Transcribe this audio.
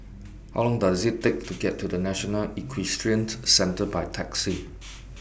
How Long Does IT Take to get to National Equestrian Centre By Taxi